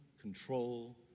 control